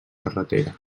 carretera